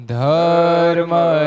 Dharma